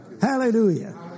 Hallelujah